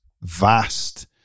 vast